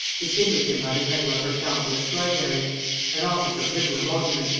distinguished him by the title of her counsel extraordinary an office of little emolument,